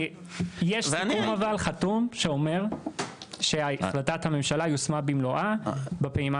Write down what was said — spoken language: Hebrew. יש סיכום חתום שאומר שהחלטת הממשלה יושמה במלואה בפעימה